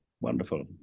Wonderful